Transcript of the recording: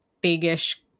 big-ish